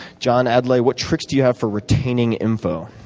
john adley what tricks do you have for retaining info?